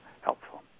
helpful